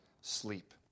sleep